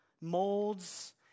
molds